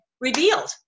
revealed